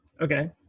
okay